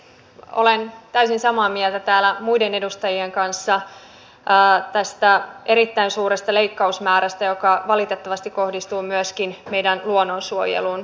olen täysin samaa mieltä täällä muiden edustajien kanssa tästä erittäin suuresta leikkausmäärästä joka valittavasti kohdistuu myöskin meidän luonnonsuojeluun